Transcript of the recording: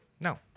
No